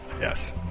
Yes